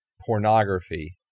pornography